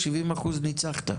אבל ב-70% ניצחת.